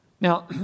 Now